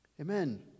Amen